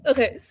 Okay